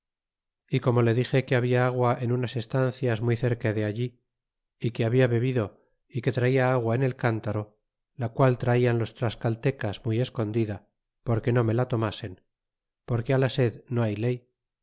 y como le dixe que habia agua en unas estancias muy cerca de allí y que habia bebido y que traia agua en el cántaro la qual traian los tlascaltecas muy escondid a porque no me la tomasen porque á la sed no byt ley